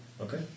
Okay